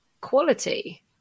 quality